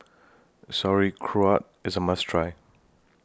Sauerkraut IS A must Try